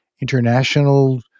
international